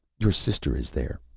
your sister is there,